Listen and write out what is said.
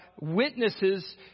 witnesses